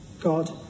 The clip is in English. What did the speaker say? God